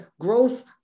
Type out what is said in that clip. growth